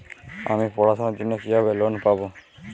আমি পড়াশোনার জন্য কিভাবে লোন পাব?